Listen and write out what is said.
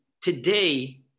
today